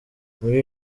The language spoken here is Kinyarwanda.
muri